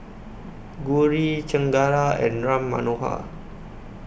Gauri Chengara and Ram Manohar